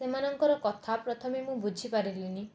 ସେମାନଙ୍କର କଥା ପ୍ରଥମେ ମୁଁ ବୁଝି ପାରିଲିନି